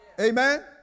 Amen